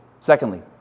Secondly